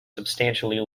substantially